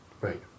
Right